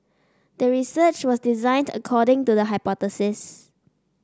the research was designed according to the hypothesis